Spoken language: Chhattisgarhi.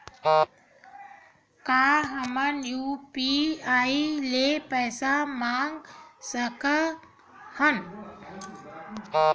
का हमन ह यू.पी.आई ले पईसा मंगा सकत हन?